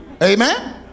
Amen